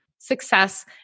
success